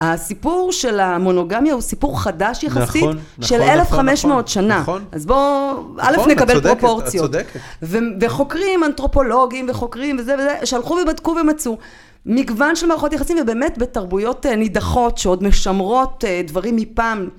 הסיפור של המונוגמיה הוא סיפור חדש יחסית, נכון, נכון, של אלף חמש מאות שנה, אז בוא, א' נקבל פרופורציות וחוקרים אנתרופולוגים וחוקרים וזה וזה, שהלכו ובדקו ומצאו מגוון של מערכות יחסים ובאמת בתרבויות נידחות שעוד משמרות דברים מפעם